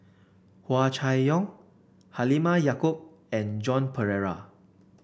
Hua Chai Yong Halimah Yacob and Joan Pereira